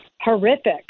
horrific